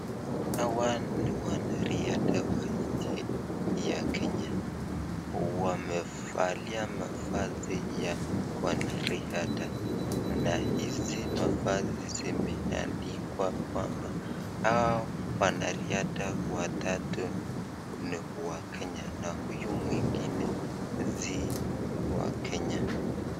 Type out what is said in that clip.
Hawa ni wanariadha wa nchi ya Kenya, wamevalia mavazi ya wanariadha na hizi mavazi zimeandikwa kwamba hao wanariadha watatu ni w nchi ya Kenya, na huyo mwengine si wa Kenya.